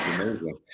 amazing